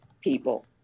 people